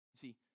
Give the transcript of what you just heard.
See